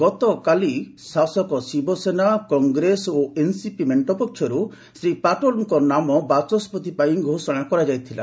ଗତକାଲି ଶାସକ ଶିବସେନା କଂଗ୍ରେସ ଓ ଏନ୍ସିପି ମେଣ୍ଟ ପକ୍ଷରୁ ଶ୍ରୀ ପାଟୋଲ୍ଙ୍କ ନାମ ବାଚସ୍ୱତି ପାଇଁ ଘୋଷଣା କରାଯାଇଥିଲା